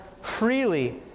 freely